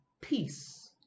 peace